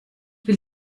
will